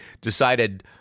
decided